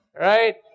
Right